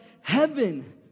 heaven